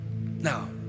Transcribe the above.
Now